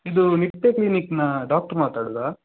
ಇದು ನಿತ್ಯ ಕ್ಲಿನಿಕ್ಕಿನ ಡಾಕ್ಟ್ರು ಮಾತಾಡೋದಾ